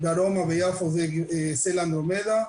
דרומה ויפו זה סלע אנדרומדה,